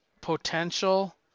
potential